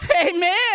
Amen